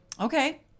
okay